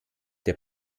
der